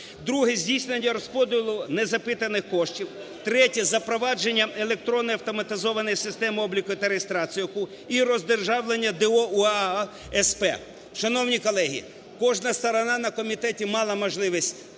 Друге – здійснення розподілу незапитаних коштів. Третє – запровадження електронної автоматизованої системи обліку та реєстрації ОКУ і роздержавлення ДО УААСП. Шановні колеги, кожна сторона на комітеті мала можливість